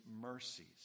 mercies